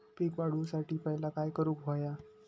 पीक वाढवुसाठी पहिला काय करूक हव्या?